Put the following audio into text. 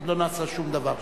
עוד לא נעשה שום דבר שם.